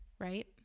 Right